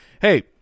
hey